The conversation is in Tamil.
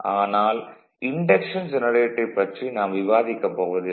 ஆனால் இன்டக்ஷன் ஜெனரேட்டரைப் பற்றி நாம் விவாதிக்கப் போவதில்லை